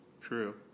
true